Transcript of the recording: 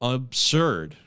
absurd